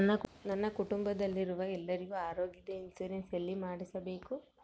ನನ್ನ ಕುಟುಂಬದಲ್ಲಿರುವ ಎಲ್ಲರಿಗೂ ಆರೋಗ್ಯದ ಇನ್ಶೂರೆನ್ಸ್ ಎಲ್ಲಿ ಮಾಡಿಸಬೇಕು?